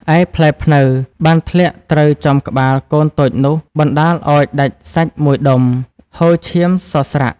ឯផ្លែព្នៅ បានធ្លាក់ត្រូវចំក្បាលកូនតូចនោះ បណ្តាលឱ្យដាច់សាច់មួយដុំ ហូរឈាមសស្រាក់។